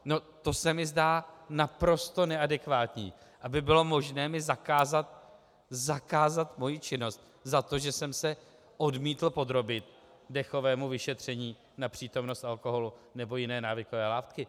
No to se mi zdá naprosto neadekvátní, aby bylo možné mi zakázat moji činnost za to, že jsem se odmítl podrobit dechovému vyšetření na přítomnost alkoholu nebo jiné návykové látky.